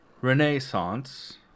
renaissance